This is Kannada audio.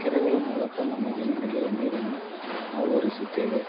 ಕೆರೆಗಳ ಮೂಲಕ ನಮ್ಮ ಜಮೀನುಗಳಿಗೆ ನೀರನ್ನು ನಾವು ಹರಿಸುತ್ತೇವೆ